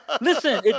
Listen